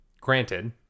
Granted